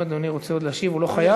אם אדוני רוצה עוד להשיב, הוא לא חייב.